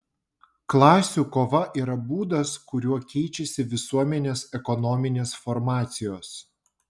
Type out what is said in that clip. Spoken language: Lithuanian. klasių kova yra būdas kuriuo keičiasi visuomenės ekonominės formacijos